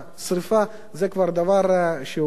זה כבר דבר שהוא פסול,